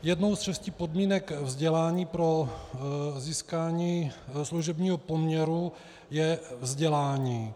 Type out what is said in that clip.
Jednou z šesti podmínek vzdělání pro získání služebního poměru je vzdělání.